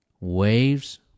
waves